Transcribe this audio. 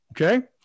Okay